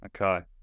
Okay